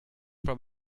from